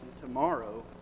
tomorrow